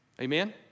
Amen